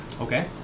Okay